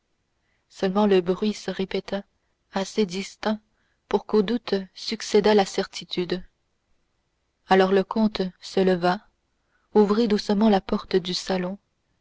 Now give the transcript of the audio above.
seulement le bruit se répéta assez distinct pour qu'au doute succédât la certitude alors le comte se leva ouvrit doucement la porte du salon